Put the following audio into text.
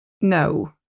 No